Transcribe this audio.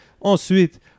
Ensuite